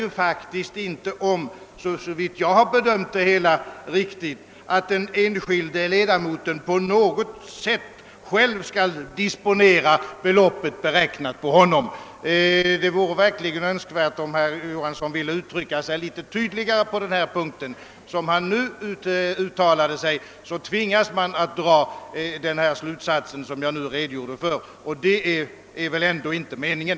Om jag har bedömt saken rätt, gäller det här inte att den enskilde ledamoten på något sätt själv skall kunna disponera beloppet. Det är högst önskvärt att herr Johansson i Trollhättan uttrycker sig litet tydligare på den punkten. Som han nu uttalade sig tvingas man dra den slutsatsen som jag här gjort, och det var väl ändå inte meningen.